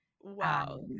Wow